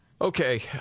Okay